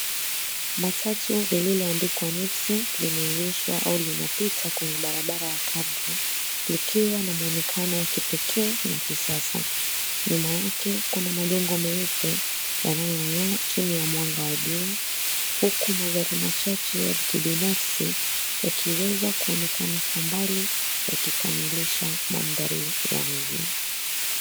Matatu lililoandikwa, "Nipsy," limeegeshwa au linapita kwenye barabara ya cabro likiwa na mwonekano wa kipekee na kisasa. Nyuma yake kuna majengo meupe yanayong'aa chini ya mwanga wa jua. Huku magari machache ya kibinAfsi yakiweza kuonekana kwa mbali yakikamilisha mandhari ya mji.